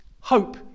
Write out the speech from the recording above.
Hope